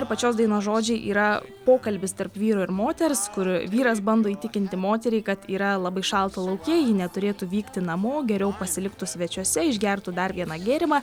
ir pačios dainos žodžiai yra pokalbis tarp vyro ir moters kur vyras bando įtikinti moterį kad yra labai šalta lauke ji neturėtų vykti namo geriau pasiliktų svečiuose išgertų dar vieną gėrimą